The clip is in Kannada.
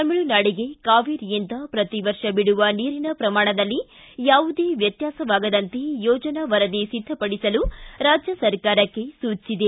ತಮಿಳುನಾಡಿಗೆ ಕಾವೇರಿಯಿಂದ ಪ್ರತಿವರ್ಷ ಬೀಡುವ ನೀರಿನ ಪ್ರಮಾಣದಲ್ಲಿ ಯಾವುದೇ ವ್ಯತ್ಕಾಸವಾಗದಂತೆ ಯೋಜನಾ ವರದಿ ಸಿದ್ದಪಡಿಸಲು ರಾಜ್ಯ ಸರ್ಕಾರಕ್ಕೆ ಸೂಚಿಸಿದೆ